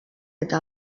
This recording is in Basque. eta